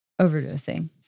overdosing